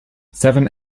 seven